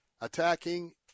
attacking